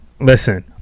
Listen